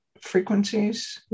frequencies